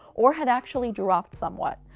or had actually dropped somewhat,